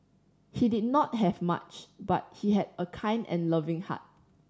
he did not have much but he had a kind and loving heart